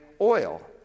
oil